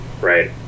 Right